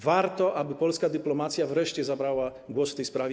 Warto, aby polska dyplomacja wreszcie zabrała głos w tej sprawie.